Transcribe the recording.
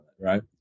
right